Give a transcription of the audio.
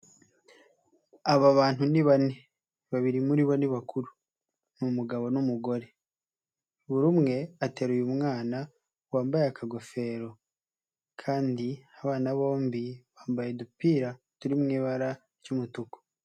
Aba bantu ni bane, babiri muri bo ni bakuru ni umugabo n'umugore, buri umwe ateruye mwana wambaye akagofero, kandi abana bombi bambaye udupira turi mu ibara ry'umutuku.